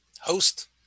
host